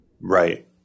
Right